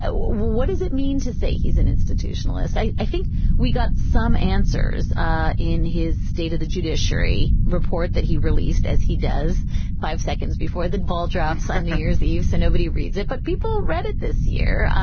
ah what does it mean to say he's an institutionalist? i i think we got some answers ah in his state of the judiciary report that he released, as he does five five seconds before the ball drops. um seven years that you say nobody reads it, but people read it this year.